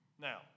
Now